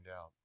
out